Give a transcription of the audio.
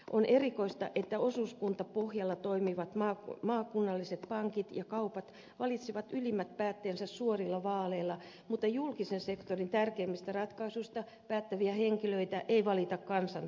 on erikoista että osuuskuntapohjalla toimivat maakunnalliset pankit ja kaupat valitsevat ylimmät päättäjänsä suorilla vaaleilla mutta julkisen sektorin tärkeimmistä ratkaisuista päättäviä henkilöitä ei valita kansan toimesta